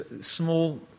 small